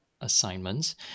assignments